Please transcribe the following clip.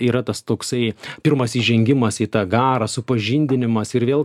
yra tas toksai pirmas įžengimas į tą garą supažindinimas ir vėl